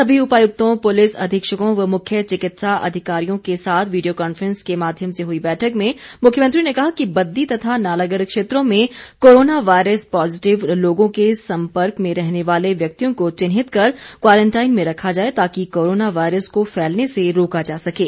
सभी उपायुक्तों पुलिस अधीक्षकों व मुख्य चिकित्सा अधिकारियों के साथ वीडियो कॉन्फ्रेंस के माध्यम से हुई बैठक में मुख्यमंत्री ने कहा कि बद्दी तथा नालागढ़ क्षेत्रों में कोरोना वायरस पॉजिटिव लोगों के सम्पर्क में रहने वाले व्यक्तियों को चिन्हित कर क्वारंटाइन में रखा जाए ताकि कोरोना वायरस को फैलने से रोका जा सकें